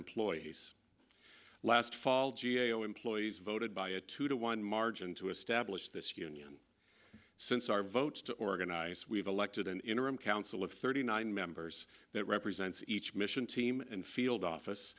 employees last fall g a o employees voted by a two to one margin to establish this union since our votes to organize we have elected an interim council of thirty nine members that represents each mission team and field office